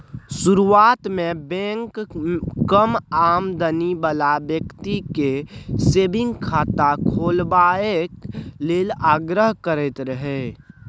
शुरुआत मे बैंक कम आमदनी बला बेकती केँ सेबिंग खाता खोलबाबए लेल आग्रह करैत रहय